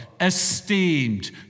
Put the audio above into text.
esteemed